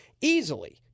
Easily